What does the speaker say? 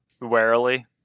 warily